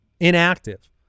Inactive